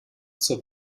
zur